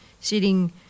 sitting